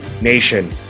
nation